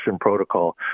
protocol